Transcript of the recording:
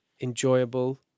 enjoyable